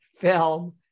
Film